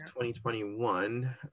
2021